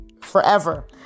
forever